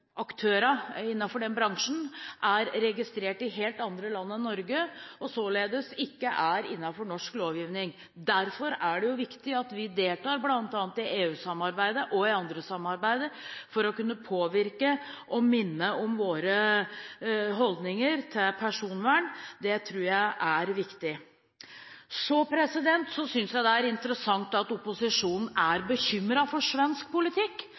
bransjen er registrert i helt andre land enn Norge, og således ikke er innenfor norsk lovgivning. Derfor er det viktig at vi deltar bl.a. i EU-samarbeidet og i andre samarbeid for å kunne påvirke og minne om våre holdninger til personvern. Det tror jeg er viktig. Så synes jeg det er interessant at opposisjonen er bekymret for svensk politikk,